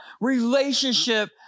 relationship